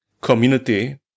community